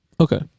Okay